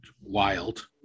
wild